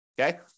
okay